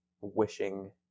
wishing